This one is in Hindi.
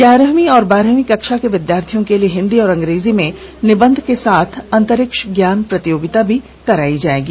ग्यारहवीं और बारहवीं कक्षा के विद्यार्थियों के लिए हिंदी और अंग्रेजी में निबंध के साथ अंतरिक्ष ज्ञान प्रतियोगिता भी कराई जाएगी